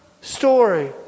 story